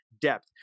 depth